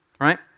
right